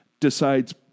decides